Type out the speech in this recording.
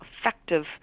effective